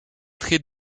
très